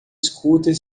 scooter